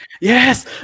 Yes